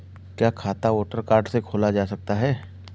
क्या खाता voter card से खोला जा सकता है?